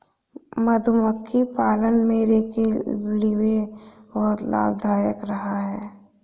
मधुमक्खी पालन मेरे लिए बहुत लाभदायक रहा है